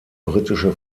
britische